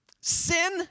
Sin